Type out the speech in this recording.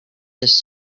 this